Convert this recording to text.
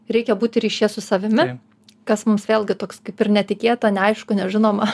reikia būti ryšyje su savimi kas mums vėlgi toks kaip ir netikėta neaišku nežinoma